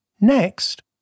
Next